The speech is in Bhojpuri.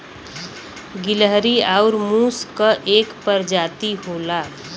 गिलहरी आउर मुस क एक परजाती होला